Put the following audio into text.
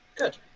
Good